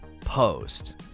Post